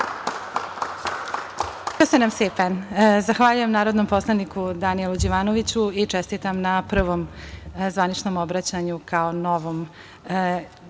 Hvala